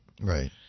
right